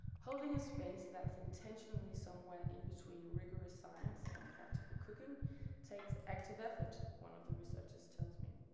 holding a space that's intentionally somewhere in between rigorous science and practical cooking takes active effort one of the researchers tells me.